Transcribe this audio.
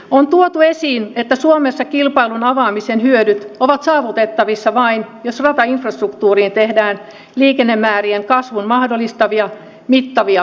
on tuotu esiin että suomessa kilpailun avaamisen hyödyt ovat saavutettavissa vain jos ratainfrastruktuuriin tehdään liikennemäärien kasvun mahdollistavia mittavia lisäinvestointeja